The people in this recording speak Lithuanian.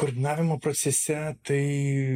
koordinavimo procese tai